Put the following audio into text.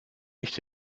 nicht